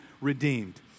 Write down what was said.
redeemed